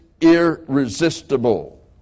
irresistible